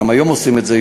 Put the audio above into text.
גם היום עושים את זה,